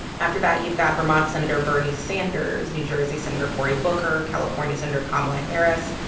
after that, you've got vermont senator bernie sanders, new jersey senator cory booker, california senator kamala harris,